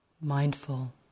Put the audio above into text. mindful